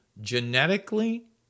genetically